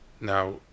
now